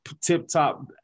tip-top